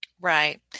Right